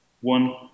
one